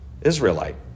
Israelite